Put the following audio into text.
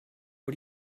are